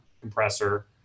compressor